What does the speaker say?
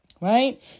Right